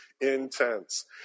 intense